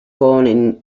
born